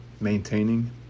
maintaining